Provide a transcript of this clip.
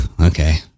Okay